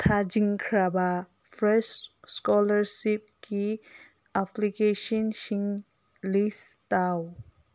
ꯊꯥꯖꯤꯟꯈ꯭ꯔꯕ ꯐ꯭ꯔꯦꯁ ꯁ꯭ꯀꯣꯂꯔꯁꯤꯞꯀꯤ ꯑꯄ꯭ꯂꯤꯀꯦꯁꯟꯁꯤꯡ ꯂꯤꯁ ꯇꯧ